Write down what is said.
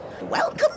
welcome